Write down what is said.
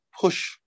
push